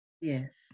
Yes